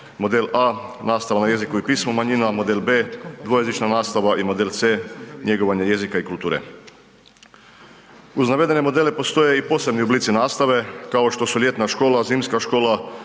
model A nastava na jeziku i pismu manjina, model B dvojezična nastava i model C njegovanje jezika i kulture. Uz navedene modele postoje i posebni oblici nastave kao što su ljetna škola, zimska škola